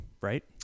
right